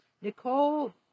Nicole